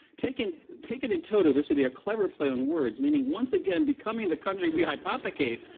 taken taken in total, this would be a clever play on words, meaning once again becoming the country we hypothecate,